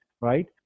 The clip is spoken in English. right